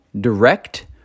direct